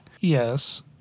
yes